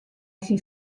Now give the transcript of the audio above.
syn